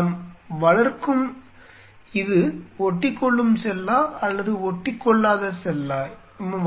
நாம் வளர்க்கும் இது ஒட்டிக்கொள்ளும் செல்லா அல்லது ஒட்டிக்கொள்ளாத செல்லை